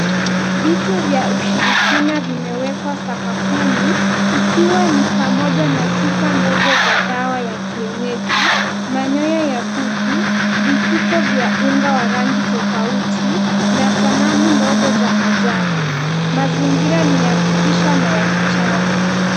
Vitu vya ushirikina vimewekwa sakafuni ikiwa ni pamoja na chupa ndogo za dawa ya kienyeji, manyoya ya kuku, vifuko vya unga wa rangi tofauti na sanamu ndogo za ajabu. Mazingira ni ya kutisha na ya kichawi.